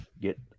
get